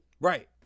right